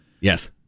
Yes